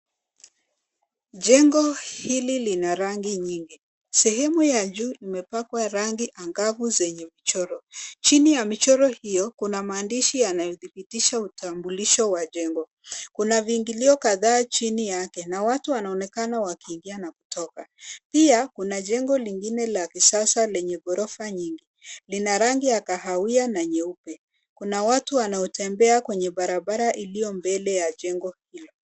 Jengo hili lina rangi nyingi. Sehemu ya juu imepakwa rangi angavu zenye michoro. Chini ya michoro hiyo kuna maandishi yanayodhibitisha utambulisho wa jengo. Kuna viingilio kadhaa chini yake na watu wanaonekana wakiingia na kutoka. Pia kuna jengo lingine la kisasa lenye ghorofa nyingi. Lina rangi ya kahawia na nyeupe. Kuna watu wanaotembea kwenye barabara iliyo mbele ya jengo hilo.